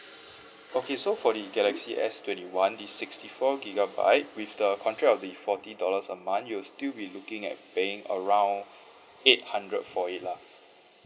okay so for the galaxy S twenty one the sixty four gigabyte with the contract will be forty dollars a month you'll still be looking at paying around eight hundred for it lah